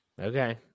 Okay